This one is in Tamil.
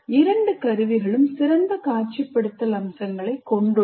இரண்டு கருவிகளும் சிறந்த காட்சிப்படுத்தல் அம்சங்களைக் கொண்டுள்ளன